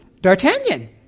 D'Artagnan